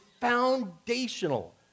foundational